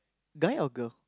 guy or girl